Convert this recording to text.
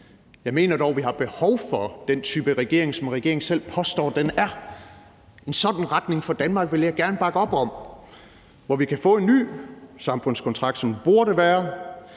Jeg mener dog, vi har behov for den type regering, som regeringen selv påstår den er. En sådan retning for Danmark vil jeg gerne bakke op om, hvor vi kan få en ny samfundskontrakt, sådan som den burde være,